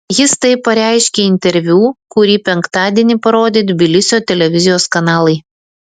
jis tai pareiškė interviu kurį penktadienį parodė tbilisio televizijos kanalai